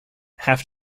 have